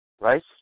right